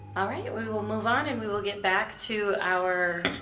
all right we will move on and we will get back to our